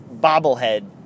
bobblehead